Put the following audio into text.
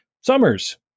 Summers